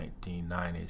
1990s